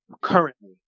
currently